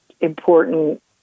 important